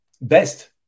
best